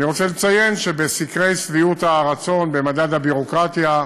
אני רוצה לציין שבסקרי שביעות הרצון במדד הביורוקרטיה,